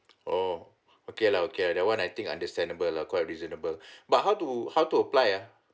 oh okay lah okay that one I think understandable lah quite reasonable but how to how to apply ah